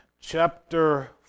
chapter